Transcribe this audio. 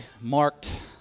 marked